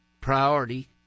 priority